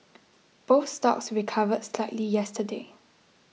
both stocks recovered slightly yesterday